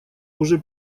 уже